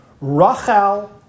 Rachel